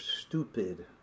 stupid